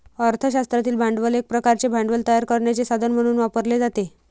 अर्थ शास्त्रातील भांडवल एक प्रकारचे भांडवल तयार करण्याचे साधन म्हणून वापरले जाते